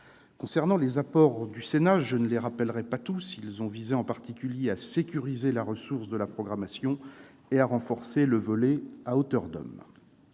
Concernant les apports du Sénat, je ne les rappellerai pas tous, ils ont en particulier visé à sécuriser les ressources de la programmation et renforcer le volet « à hauteur d'homme